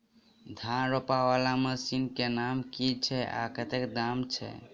धान रोपा वला मशीन केँ नाम की छैय आ कतेक दाम छैय?